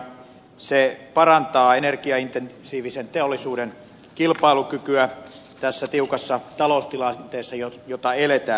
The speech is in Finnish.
se parantaa energiaintensiivisen teollisuuden kilpailukykyä tässä tiukassa taloustilanteessa jota eletään